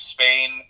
Spain